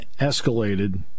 escalated